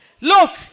Look